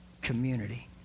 community